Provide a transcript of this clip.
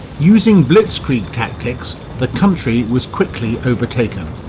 using blitzkrieg tactics the country was quickly overtaken.